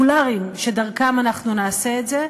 הפרטיקולריים שדרכם אנחנו נעשה את זה,